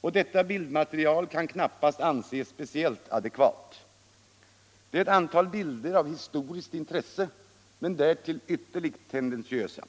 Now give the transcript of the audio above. Och detta bildmaterial kan knappast anses speciellt adekvat. Det är ett antal bilder av historiskt intresse men ytterligt tendentiösa.